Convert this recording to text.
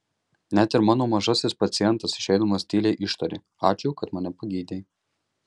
net ir mano mažasis pacientas išeidamas tyliai ištarė ačiū kad mane pagydei